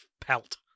pelt